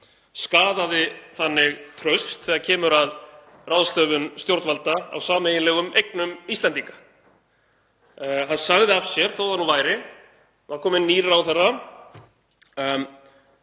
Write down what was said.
skaðaði þannig traust þegar kemur að ráðstöfun stjórnvalda á sameiginlegum eignum Íslendinga. Hann sagði af sér, þó það nú væri. Það var kominn nýr ráðherra